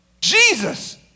jesus